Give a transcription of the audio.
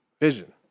vision